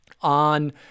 on